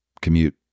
commute